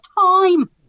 time